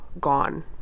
gone